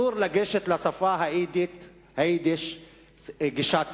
אסור לגשת ליידיש בגישה טכנית.